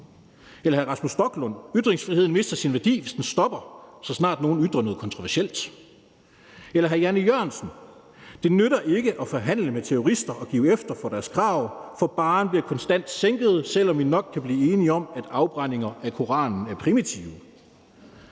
Eller hr. Rasmus Stoklund: »Ytringsfriheden mister sin værdi, hvis den stopper, så snart nogen ytrer noget, der er kontroversielt«. Eller hr. Jan E. Jørgensen: »Det nytter ikke at forhandle med terrorister og give efter for deres krav, for barren bliver konstant sænket«, selv om vi nok kan blive enige om, at afbrændinger af Koranen er primitive.